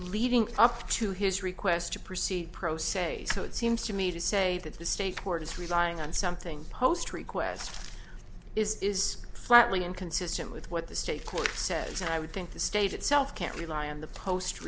leading up to his request to proceed pro se so it seems to me to say that the state court is relying on something post request is is flatly inconsistent with what the state court says and i would think the state itself can't rely on the post